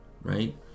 right